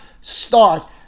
start